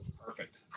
Perfect